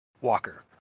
Walker